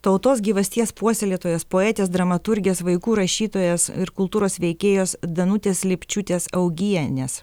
tautos gyvasties puoselėtojos poetės dramaturgės vaikų rašytojos ir kultūros veikėjos danutės lipčiūtės augienės